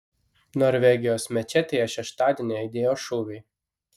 norvegijos mečetėje šeštadienį aidėjo šūviai